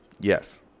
Yes